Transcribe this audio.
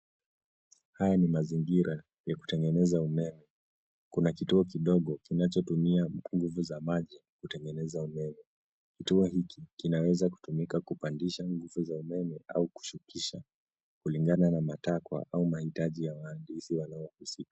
Haya ni mazingira ya kutengeneza umeme. Kuna kituo kidogo kinachotumia nguvu za maji kutengeneza umeme. Kituo hiki kinaweza kutumika kupandisha nguvu za umeme au kushukisha kulingana na matakwa au mahitaji ya wahandisi wanaohusika.